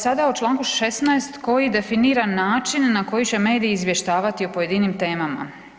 Sada u čl. 16. koji definira način na koji će mediji izvještavati o pojedinim temama.